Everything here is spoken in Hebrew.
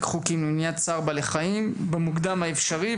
חוקים למניעת צער בעלי חיים בהקדם האפשרי,